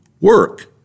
work